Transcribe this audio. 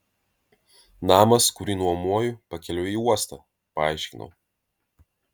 namas kurį nuomoju pakeliui į uostą paaiškinau